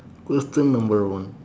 question number one